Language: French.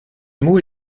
mot